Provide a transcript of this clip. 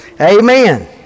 Amen